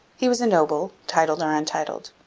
he was a noble, titled or untitled.